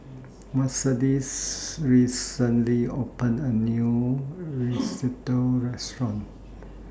Mercedes recently opened A New Risotto Restaurant